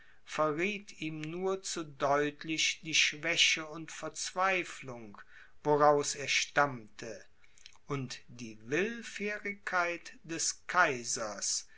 verrieth ihm nur zu deutlich die schwäche und verzweiflung woraus er stammte und die willfährigkeit des kaisers